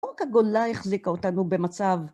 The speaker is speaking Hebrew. לא רק הגולה החזיקה אותנו במצב...